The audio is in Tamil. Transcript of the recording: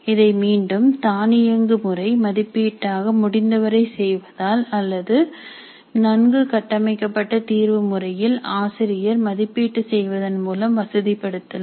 இதை மீண்டும் தானியங்கு முறை மதிப்பீடாக முடிந்தவரை செய்வதால் அல்லது நன்கு கட்டமைக்கப்பட்ட தீர்வு முறையில் ஆசிரியர் மதிப்பீட்டு செய்வதன்மூலம் வசதி படுத்தலாம்